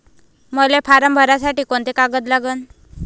मले फारम भरासाठी कोंते कागद लागन?